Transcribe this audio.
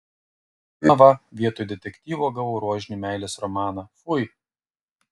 na va vietoj detektyvo gavau rožinį meilės romaną fui